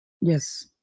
Yes